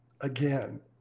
again